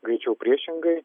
greičiau priešingai